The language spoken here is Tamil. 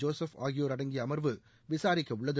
ஜோசுப் ஆகியோரடங்கிய அமர்வு விசாரிக்க உள்ளது